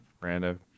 random